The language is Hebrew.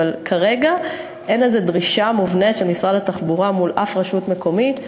אבל כרגע אין איזו דרישה מובנית של משרד התחבורה מול אף רשות מקומית.